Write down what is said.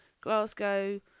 Glasgow